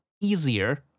Easier